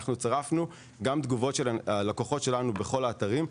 אנחנו צירפנו גם תגובות של לקוחות שלנו בכל האתרים.